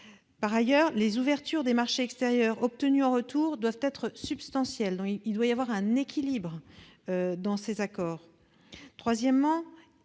Par ailleurs, les ouvertures des marchés extérieurs obtenues en retour doivent être substantielles, afin de garantir l'équilibre des accords.